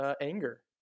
anger